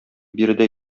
биредә